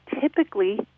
typically